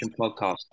podcast